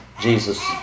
Jesus